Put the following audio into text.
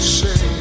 say